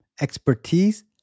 expertise